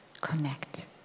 connect